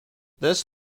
this